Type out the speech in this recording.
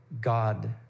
God